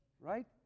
right